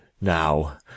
Now